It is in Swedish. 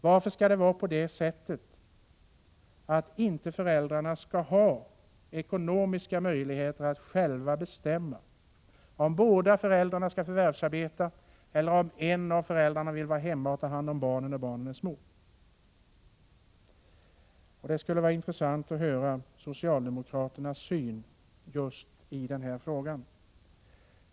Varför skall föräldrarna inte ekonomiskt ha möjligheter att själva bestämma om båda föräldrarna skall förvärvsarbeta eller om en av föräldrarna skall vara hemma och ta hand om barnen när dessa är små? Det skulle vara intressant att höra vilken som är socialdemokraternas syn på just den frågan.